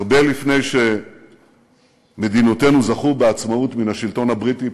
הרבה לפני שמדינותינו זכו בעצמאות מן השלטון הבריטי,